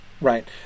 right